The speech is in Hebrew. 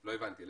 לא הבנתי.